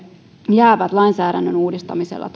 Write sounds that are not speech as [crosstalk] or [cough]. jäävät lainsäädännön uudistamisella [unintelligible]